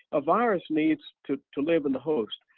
a virus needs to to live in the host.